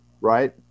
right